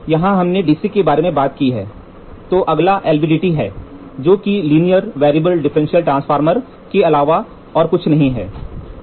इसलिए यहाँ हमने DC के बारे में बात की है कि अगला LVDT है जो कि लीनियर वैरिएबल डिफरेंशियल ट्रांसफार्मर के अलावा और कुछ नहीं है